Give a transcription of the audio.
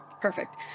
Perfect